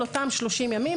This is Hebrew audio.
על אותם 30 ימים.